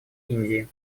индии